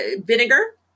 vinegar